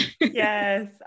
Yes